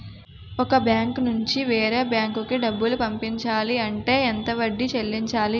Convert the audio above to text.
ఒక బ్యాంక్ నుంచి వేరే బ్యాంక్ కి డబ్బులు పంపించాలి అంటే ఎంత వడ్డీ చెల్లించాలి?